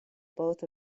both